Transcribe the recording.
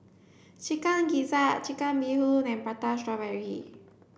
chicken gizzard chicken Bee Hoon and Prata strawberry